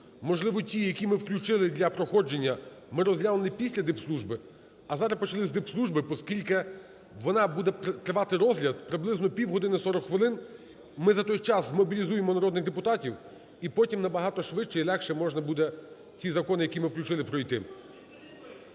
можливо, ті, які ми включили для проходження, ми розглянули б після дипслужби. А зараз почали б з дипслужби, оскільки вона… буде тривати розгляд буквально півгодини, 40 хвилин. Ми за той час змобілізуємо народних депутатів і потім набагато швидше і легше можна буде ці закони, які ми включили пройти.